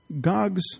Gog's